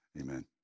Amen